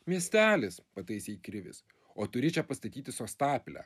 miestelis pataisė jį krivis o turi čia pastatyti sostapilę